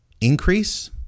Increase